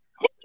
Hey